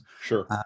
sure